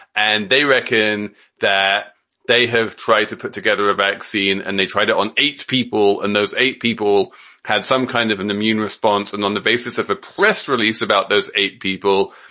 and they reckon that they have tried to put together a vaccine and they tried it on eight people and those eight people had some kind of an immune response. and on the basis of a press release about those eight people,